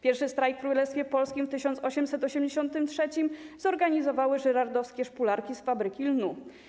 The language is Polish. Pierwszy strajk w Królestwie Polskim w 1883 r. zorganizowały żyrardowskie szpularki z fabryki lnu.